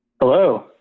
Hello